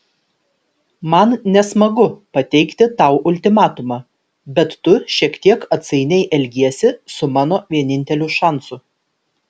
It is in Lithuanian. man nesmagu pateikti tau ultimatumą bet tu šiek tiek atsainiai elgiesi su mano vieninteliu šansu